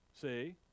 See